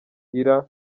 ira